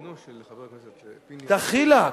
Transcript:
דחילק,